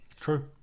True